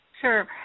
Sure